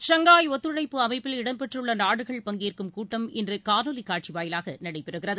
Shanghai ஒத்துழைப்பு அமைப்பில் இடம்பெற்றுள்ளநாடுகள் பங்கேற்கும் கூட்டம் இன்றுகாணொலிக் காட்சிவாயிலாகநடைபெறுகிறது